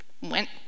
went